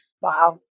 Wow